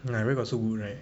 ya where got so good right